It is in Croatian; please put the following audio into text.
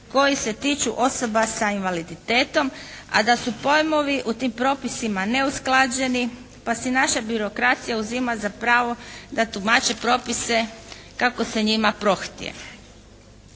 koji se tiču osoba sa invaliditetom a da su pojmovi u tim propisima neusklađeni pa si naša birokracija uzima za pravo da tumače propise kako se njima prohtije.